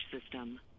system